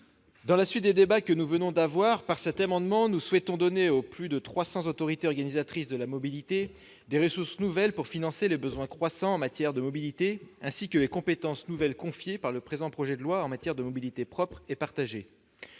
Dans la suite des débats que nous venons d'avoir, nous souhaitons, par cet amendement, donner aux plus de trois cents autorités organisatrices de la mobilité des ressources nouvelles pour financer les besoins croissants en matière de mobilité, ainsi que les compétences nouvelles confiées par le présent projet de loi en matière de mobilité propre et partagée.